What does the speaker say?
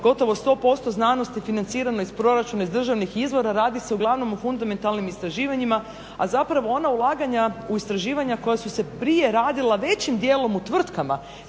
gotovo 100% znanosti financirano iz proračuna iz državnih izvora, radi se uglavnom o fundamentalnim istraživanjima a ona ulaganja u istraživanja koja su se prije radila većim dijelom u tvrtkama